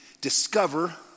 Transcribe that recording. discover